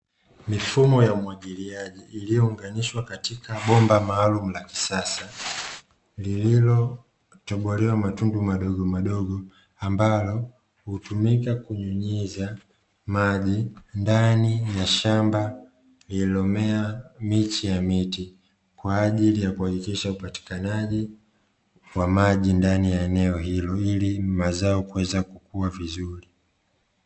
Mifumo ya umwagiliaji iliyoonganishwa katika bomba maalumu na la kisasa lililotobolewa matundu madogomadogo, ambalo utumika kunyunyiza maji ndani ya shamba lililomea miche ya miti kwa ajili ya kuhakikisha upatikanaji wa maji ndani ya eneo hilo ili mazao yaweze kukua vizuri.